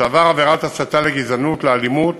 שעבר עבירת הסתה לגזענות, לאלימות